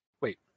Wait